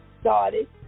started